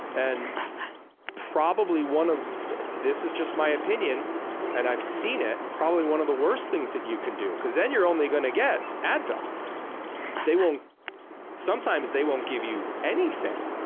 and probably one of this is just my opinion and i've seen it probably one of the worst things that you can do. because then you're only going to get advil. sometimes they won't sometimes they won't give you anything.